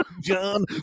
John